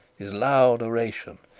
his loud oration.